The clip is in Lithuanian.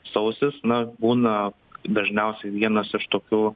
sausis na būna dažniausiai vienas iš tokių